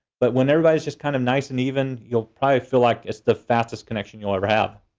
but when everybody's just kind of nice and even you'll probably feel like it's the fastest connect and you'll ever have.